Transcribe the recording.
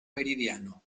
meridiano